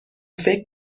فکر